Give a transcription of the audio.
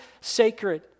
sacred